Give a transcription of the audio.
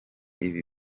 ibi